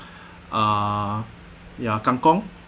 ah ya kangkong